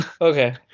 Okay